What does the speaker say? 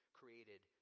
created